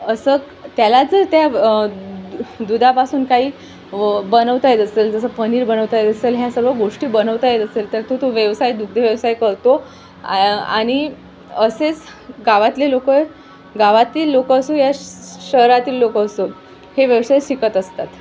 असं त्याला जर त्या दुधापासून काही व बनवता येत असेल जसं पनीर बनवता येत असेल ह्या सर्व गोष्टी बनवता येत असेल तर तो तो व्यवसाय दुग्धव्यवसाय करतो आ आणि असेच गावातले लोक गावातील लोक असो या शहरातील लोक असो हे व्यवसाय शिकत असतात